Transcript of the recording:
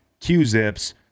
Q-Zips